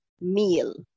meal